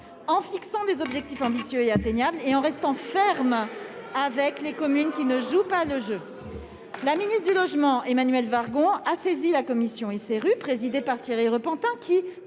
en fixant des objectifs ambitieux et atteignables et en restant fermes avec les communes qui ne jouent pas le jeu. La ministre du logement, Emmanuelle Wargon, a saisi la commission SRU, présidée par Thierry Repentin.